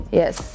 yes